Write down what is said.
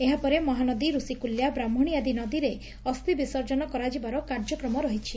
ଏହାପରେ ମହାନଦୀ ଋଷିକୁଲ୍ୟା ବ୍ରାହ୍କଶୀ ଆଦି ନଦୀରେ ଅସ୍ଚି ବିସର୍ଜନ କରାଯିବାର କାର୍ଯ୍ୟକ୍ମ ରହିଛି